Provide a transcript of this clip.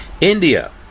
India